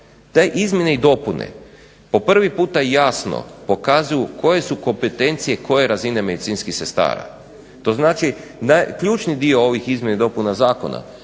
Te izmjene i dopune po prvi puta jasno pokazuju koje su kompetencije koje razine medicinskih sestara, to znači ključni dio ovih izmjena i dopuna zakona